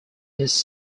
his